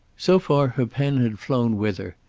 so far her pen had flown with her,